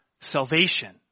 salvation